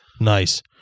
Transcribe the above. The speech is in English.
Nice